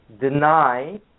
deny